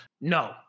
no